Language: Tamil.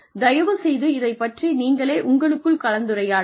தயவுசெய்து இதை பற்றி நீங்களே உங்களுக்குள் கலந்துரையாடுங்கள்